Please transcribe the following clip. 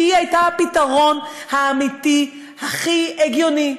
שהיא הייתה הפתרון האמיתי הכי הגיוני.